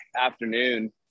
afternoon